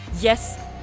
Yes